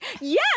Yes